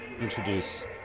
introduce